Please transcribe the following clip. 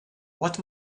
want